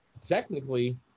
technically